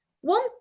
One